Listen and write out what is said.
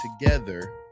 together